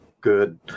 good